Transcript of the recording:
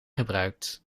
gebruikt